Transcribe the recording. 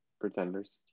Pretenders